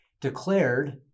declared